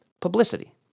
publicity